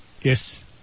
Yes